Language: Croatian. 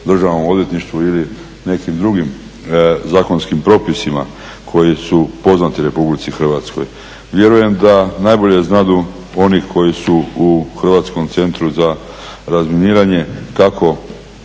Državnom odvjetništvu ili nekim drugim zakonskim propisima koji su poznati RH. Vjerujem da najbolje znadu oni koji su u Hrvatskom centru za razminiranje kako